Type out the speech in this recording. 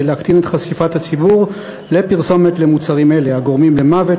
להקטין את חשיפת הציבור לפרסומת למוצרים אלה הגורמים למוות,